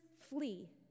flee